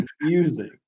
confusing